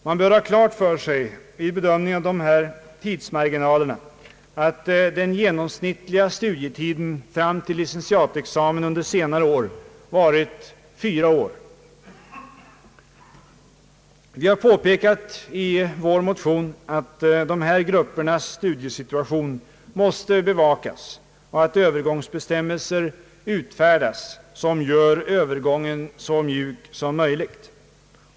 Man bör vid bedömningen av dessa tidsmarginaler ha klart för sig att den genomsnittliga studietiden fram till licentiatexamen på senare tid varit fyra år. Vi har i vår motion påpekat att de här gruppernas studiesituation måste bevakas och att övergångsbestämmelser bör utfärdas som gör övergången så mjuk som möjligt.